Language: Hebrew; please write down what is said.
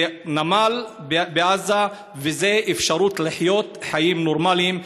זה נמל בעזה וזה אפשרות לחיות חיים נורמליים,